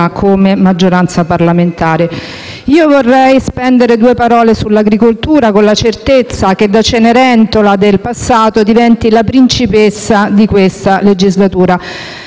come maggioranza parlamentare. Vorrei spendere due parole sull'agricoltura, con la certezza che da Cenerentola del passato diventi la principessa di questa legislatura.